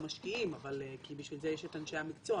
משקיעים כי בשביל זה יש את אנשי המקצוע,